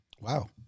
wow